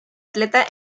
atleta